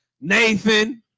Nathan